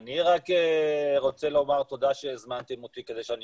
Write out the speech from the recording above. אני רק רוצה לומר תודה שהזמנתם אותי כדי שאני